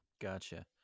Gotcha